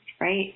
right